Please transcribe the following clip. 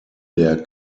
der